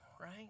right